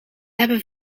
hebben